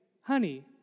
honey